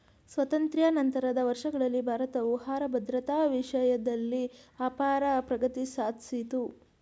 ಸ್ವಾತಂತ್ರ್ಯ ನಂತರದ ವರ್ಷಗಳಲ್ಲಿ ಭಾರತವು ಆಹಾರ ಭದ್ರತಾ ವಿಷಯ್ದಲ್ಲಿ ಅಪಾರ ಪ್ರಗತಿ ಸಾದ್ಸಿತು